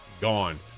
gone